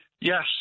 Yes